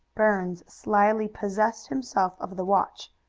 burns slyly possessed himself of the watch,